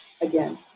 again